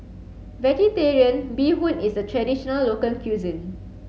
Vegetarian Bee Hoon is a traditional local cuisine